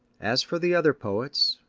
as for the other poets,